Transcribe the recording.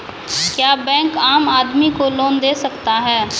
क्या बैंक आम आदमी को लोन दे सकता हैं?